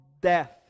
death